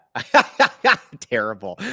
Terrible